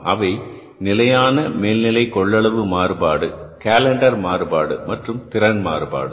அவை நிலையான மேல்நிலை கொள்ளளவு மாறுபாடு கேலண்டர் மாறுபாடு மற்றும் திறன் மாறுபாடு